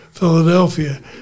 Philadelphia